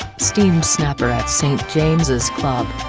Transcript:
steamed snapper at st. james's club.